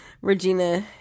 Regina